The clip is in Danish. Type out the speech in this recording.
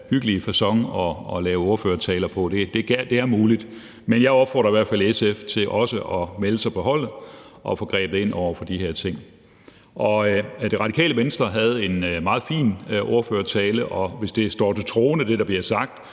hyggelige facon, når han holder ordførertaler, det er muligt. Men jeg opfordrer i hvert fald SF til også at melde sig på holdet, så vi kan få grebet ind over for de her ting. Det Radikale Venstre havde en meget fin ordførertale, og hvis det, der bliver sagt,